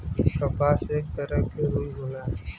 कपास एक तरह के रुई होला